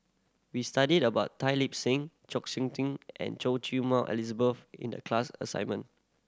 we studied about Tan Lip Seng Chng Seok Tin and Choy Su Moi Elizabeth in the class assignment